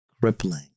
crippling